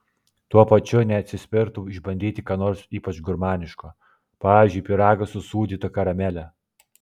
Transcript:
tuo pačiu neatsispirtų išbandyti ką nors ypač gurmaniško pavyzdžiui pyragą su sūdyta karamele